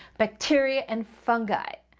bacteria and fungi.